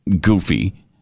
goofy